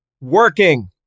Working